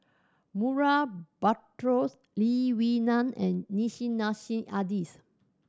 Murray Buttrose Lee Wee Nam and Nissim Nassim Adis